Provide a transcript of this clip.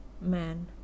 Man